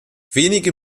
wenige